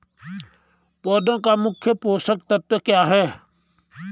पौधें का मुख्य पोषक तत्व क्या है?